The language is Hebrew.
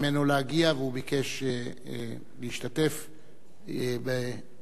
הוא ביקש להשתתף בטקס זה,